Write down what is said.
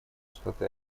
штаты